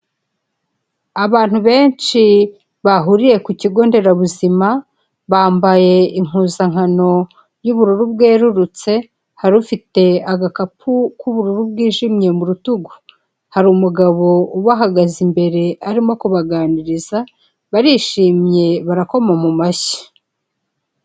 Abantu benshi bahuriye ku kigo nderabuzima bambaye impuzankano y'ubururu bwerurutse hari ufite agakapu k'ubururu bwijimye mu rutugu, hari umugabo ubahagaze imbere arimo kubaganiriza barishimye barakoma mu mashyi.